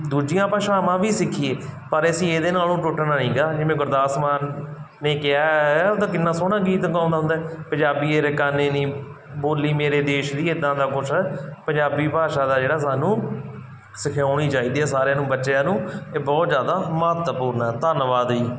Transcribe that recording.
ਦੂਜੀਆਂ ਭਾਸ਼ਾਵਾਂ ਵੀ ਸਿੱਖੀਏ ਪਰ ਅਸੀਂ ਇਹਦੇ ਨਾਲੋਂ ਟੁੱਟਣਾ ਨਹੀਂ ਗਾ ਜਿਵੇਂ ਗੁਰਦਾਸ ਮਾਨ ਨੇ ਕਿਹਾ ਹੈ ਉਹ ਤਾਂ ਕਿੰਨਾ ਸੋਹਣਾ ਗੀਤ ਗਾਉਂਦਾ ਹੁੰਦਾ ਪੰਜਾਬੀਏ ਰਕਾਨੇ ਨੀ ਬੋਲੀ ਮੇਰੇ ਦੇਸ਼ ਦੀ ਇੱਦਾਂ ਦਾ ਕੁਛ ਪੰਜਾਬੀ ਭਾਸ਼ਾ ਦਾ ਜਿਹੜਾ ਸਾਨੂੰ ਸਿੱਖਾਉਣੀ ਚਾਹੀਦੀ ਆ ਸਾਰਿਆਂ ਨੂੰ ਬੱਚਿਆਂ ਨੂੰ ਇਹ ਬਹੁਤ ਜ਼ਿਆਦਾ ਮਹੱਤਵਪੂਰਨ ਹੈ ਧੰਨਵਾਦ ਜੀ